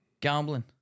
Gambling